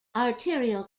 arterial